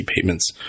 payments